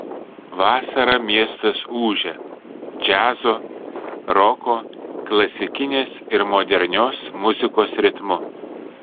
vasarą miestas ūžia džiazo roko klasikinės ir modernios muzikos ritmu